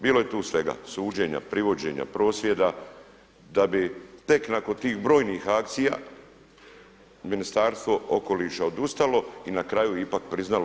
Bilo je tu svega, suđenja, privođenja, prosvjeda da bi tek nakon tih brojnih akcija Ministarstvo okoliša odustalo i na kraju ipak priznalo.